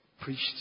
preached